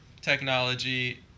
technology